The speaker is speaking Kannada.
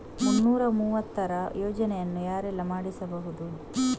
ಮುನ್ನೂರ ಮೂವತ್ತರ ಯೋಜನೆಯನ್ನು ಯಾರೆಲ್ಲ ಮಾಡಿಸಬಹುದು?